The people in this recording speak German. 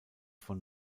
von